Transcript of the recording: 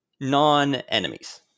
non-enemies